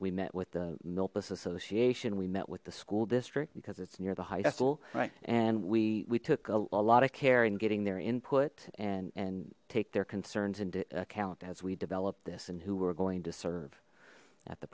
we met with the milpas association we met with the school district because it's near the high school right and we we took a lot of care in getting their input and and take their concerns into account as we develop this and who we're going to serve at the